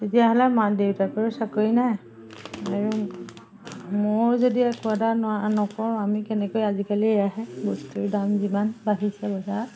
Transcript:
তেতিয়াহ'লে মা দেউতাকৰো চাকৰি নাই আৰু ময়ো যদি একোদাল নকৰোঁ আমি কেনেকৈ আজিকালি আহে বস্তুৰ দাম যিমান বাঢ়িছে বজাৰত